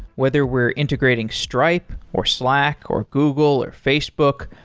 whether we're integrating stripe, or slack, or google, or facebook,